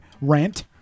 rant